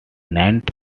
ninth